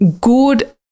good